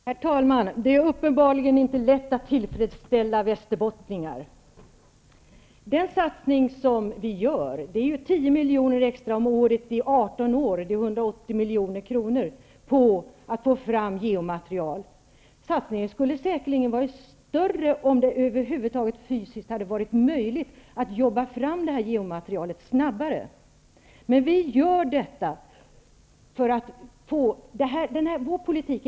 Herr talman! Det är uppenbarligen inte lätt att tillfredsställa västerbottningar! Den satsning som vi gör på att få fram geomaterial innebär 10 miljoner extra i 18 år -- det är 180 milj.kr. Satsningen skulle säkerligen ha varit större om det över huvud taget hade varit fysiskt möjligt att jobba fram det geomaterialet snabbare. Vår politik är framåtsyftande.